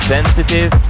Sensitive